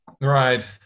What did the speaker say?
Right